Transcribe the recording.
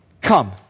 come